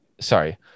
sorry